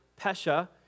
pesha